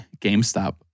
GameStop